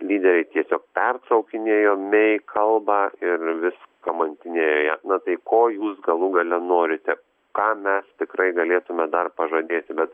lyderiai tiesiog pertraukinėjo mei kalbą ir vis kamantinėjo ją na tai ko jūs galų gale norite ką mes tikrai galėtume dar pažadėti bet